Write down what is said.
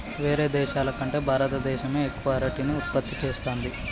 వేరే దేశాల కంటే భారత దేశమే ఎక్కువ అరటిని ఉత్పత్తి చేస్తంది